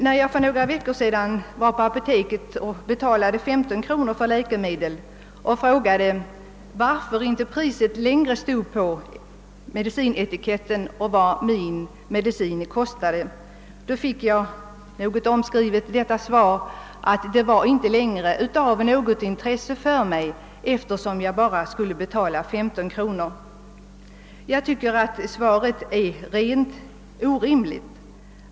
När jag för några veckor sedan på ett apotek betalade 15 kronor för läkemedel frågade jag varför priset inte längre angavs på medicinetiketten och undrade vad min medicin kostade. Jag fick då något omskrivet det beskedet, att det inte längre var av något intresse för mig, eftersom jag bara skulle betala 15 kronor. Jag tycker att svaret är rent orimligt.